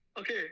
okay